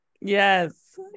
yes